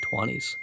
20s